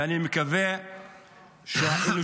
ואני מקווה שהאנושיות